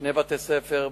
שני בתי-ספר,